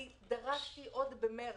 דרשתי עוד במרץ,